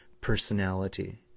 personality